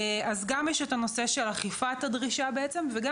אז יש גם את הנושא של אכיפת הדרישה וגם